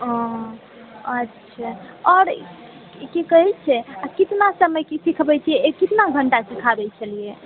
ओ अच्छा आओर कि कहय छै अऽ कितना समय कि सिखबै छियै कितना घण्टा सिखाबै छलिऐ